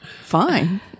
Fine